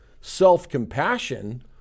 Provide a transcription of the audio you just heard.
self-compassion